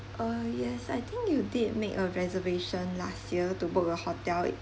uh yes I think you did make a reservation last year to book a hotel